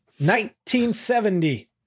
1970